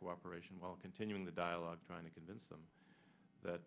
cooperation while continuing the dialogue trying to convince them that